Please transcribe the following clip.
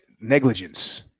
negligence